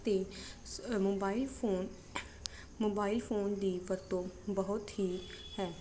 ਅਤੇ mobile phone mobile phone ਦੀ ਵਰਤੋਂ ਬਹੁਤ ਹੀ ਹੈ